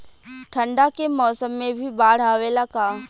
ठंडा के मौसम में भी बाढ़ आवेला का?